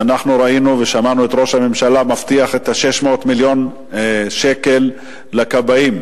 אנחנו ראינו ושמענו את ראש הממשלה מבטיח 600 מיליון שקלים לכבאים,